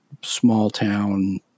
small-town